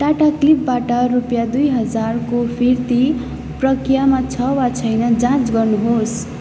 टाटा क्लिकबाट रुपियाँ दुई हजारको फिर्ती प्रक्रियामा छ वा छैन जाँच गर्नुहोस्